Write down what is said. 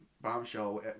Bombshell